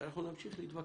ואנחנו נמשיך להתווכח.